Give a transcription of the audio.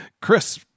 Chris